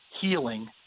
healing